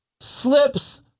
slips